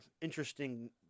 interesting